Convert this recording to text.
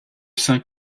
saint